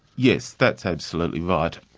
yes, that's absolutely right.